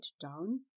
down